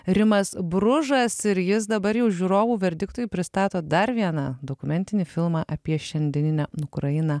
rimas bružas ir jis dabar jau žiūrovų verdiktui pristato dar vieną dokumentinį filmą apie šiandieninę ukrainą